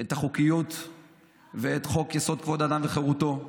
את החוקיות ואת חוק-יסוד: כבוד האדם וחירותו,